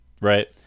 right